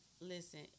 Listen